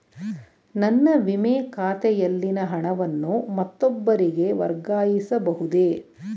ನನ್ನ ವಿಮೆ ಖಾತೆಯಲ್ಲಿನ ಹಣವನ್ನು ಮತ್ತೊಬ್ಬರಿಗೆ ವರ್ಗಾಯಿಸ ಬಹುದೇ?